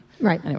Right